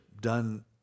done